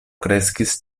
kreskis